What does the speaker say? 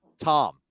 Tom